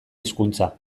hizkuntza